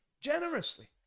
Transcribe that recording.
generously